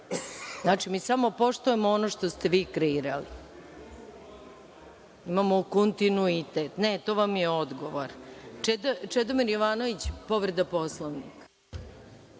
Znači, mi samo poštujemo ono što ste vi kreirali. Imamo u kontinuitet. Ne, to vam je odgovor. Čedomir Jovanović, povreda Poslovnika.